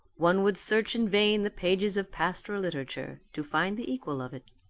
one would search in vain the pages of pastoral literature to find the equal of it.